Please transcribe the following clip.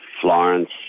Florence